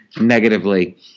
negatively